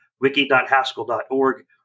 wiki.haskell.org